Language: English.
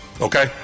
Okay